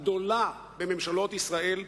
הגדולה בממשלות ישראל,